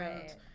Right